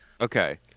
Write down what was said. Okay